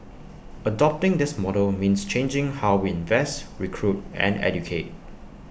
adopting this model means changing how we invest recruit and educate